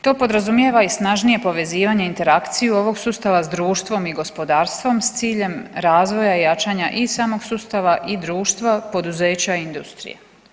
To podrazumijeva i snažnije povezivanje interakciju ovog sustava s društvom i gospodarstvom s ciljem razvoja i jačanja i samog sustava i društva, poduzeća i industrije.